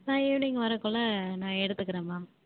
நான் ஈவினிங் வரக்குள்ளே நான் எடுத்துக்கிறேன் மேம்